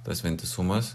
tas vientisumas